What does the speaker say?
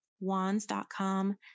wands.com